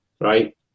right